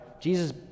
Jesus